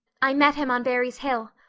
i met him on barry's hill.